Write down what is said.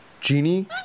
Genie